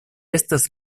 estas